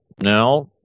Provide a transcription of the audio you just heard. Now